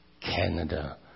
Canada